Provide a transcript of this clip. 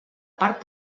part